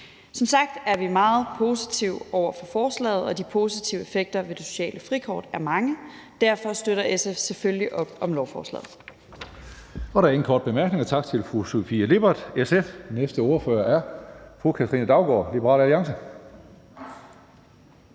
Som sagt er vi meget positive over for forslaget, og de positive effekter ved det sociale frikort er mange. Derfor støtter SF selvfølgelig op om lovforslaget. Kl. 15:10 Tredje næstformand (Karsten Hønge): Der er ingen korte bemærkninger. Tak til fru Sofie Lippert, SF. Næste ordfører er fru Katrine Daugaard, Liberal Alliance.